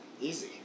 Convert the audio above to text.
easy